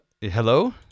Hello